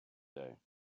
day